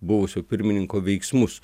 buvusio pirmininko veiksmus